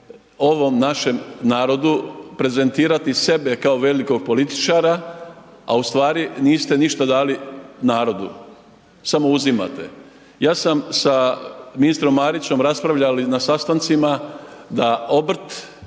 ovom našem narodu prezentirati sebe kao velikog političara, a ustvari niste ništa dali narodu, samo uzimate. Ja sam sa ministrom Marićem raspravljao na sastancima da